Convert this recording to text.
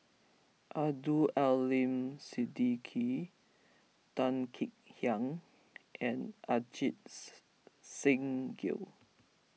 Abdul Aleem Siddique Tan Kek Hiang and Ajits Singh Gill